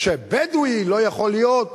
שבדואי לא יכול להיות,